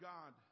God